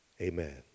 Amen